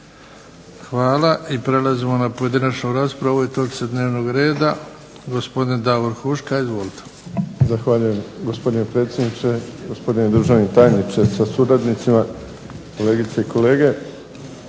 Hvala. Prelazimo na pojedinačnu raspravu o ovoj točci dnevnog reda. Gospodin Davor Huška, izvolite. **Huška, Davor (HDZ)** Zahvaljujem, gospodine predsjedniče. Gospodine državni tajniče sa suradnicima, kolegice i kolege.